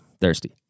Thirsty